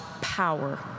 power